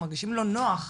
מרגישים לא נוח,